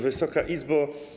Wysoka Izbo!